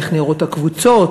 איך נראות הקבוצות,